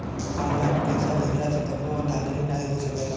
online पइसा भेजला से कवनो धांधली नाइ हो सकेला